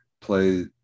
play